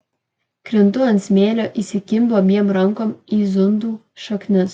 krintu ant smėlio įsikimbu abiem rankom į zundų šaknis